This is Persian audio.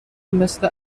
مثل